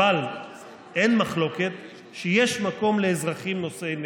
אבל אין מחלוקת שיש מקום לאזרחים נושאי נשק,